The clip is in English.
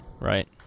Right